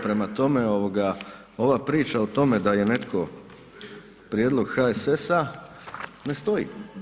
Prema tome, ova priča o tome da je netko prijedlog HSS-a, ne stoji.